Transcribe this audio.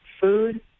food